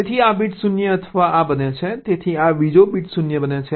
તેથી આ બીટ 0 અથવા આ બને છે તેથી આ બીજો બીટ 0 બને છે